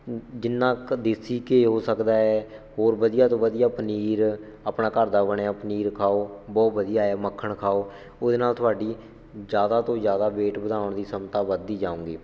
ਜਿੰਨਾ ਕੁ ਦੇਸੀ ਘਿਓ ਹੋ ਸਕਦਾ ਹੈ ਹੋਰ ਵਧੀਆ ਤੋਂ ਵਧੀਆ ਪਨੀਰ ਆਪਣਾ ਘਰ ਦਾ ਬਣਿਆ ਪਨੀਰ ਖਾਓ ਬਹੁਤ ਵਧੀਆ ਹੈ ਮੱਖਣ ਖਾਓ ਉਹਦੇ ਨਾਲ ਤੁਹਾਡੀ ਜ਼ਿਆਦਾ ਤੋਂ ਜ਼ਿਆਦਾ ਵੇਟ ਵਧਾਉਣ ਦੀ ਸ਼ਮਤਾ ਵੱਧਦੀ ਜਾਊਗੀ